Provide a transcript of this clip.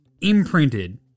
imprinted